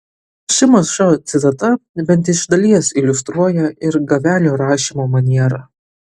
ši maža citata bent iš dalies iliustruoja ir gavelio rašymo manierą